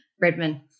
Redmond